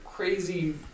crazy